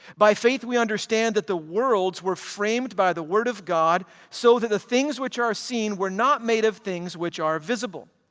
by faith we understand that the worlds were framed by the word of god, so that the things which are seen were not made of things which are visible.